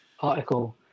article